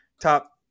top